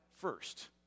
first